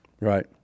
Right